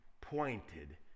pointed